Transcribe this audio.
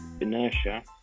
inertia